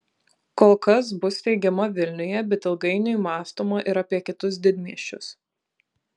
kol kas bus steigiama vilniuje bet ilgainiui mąstoma ir apie kitus didmiesčius